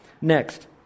Next